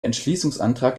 entschließungsantrag